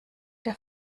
der